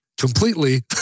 completely